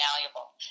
malleable